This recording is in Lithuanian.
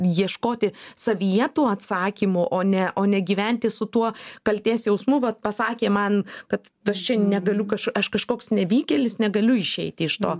ieškoti savyje tų atsakymų o ne o negyventi su tuo kaltės jausmu vat pasakė man kad aš čia negaliu aš aš kažkoks nevykėlis negaliu išeiti iš to